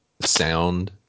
sound